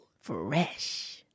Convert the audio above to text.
Fresh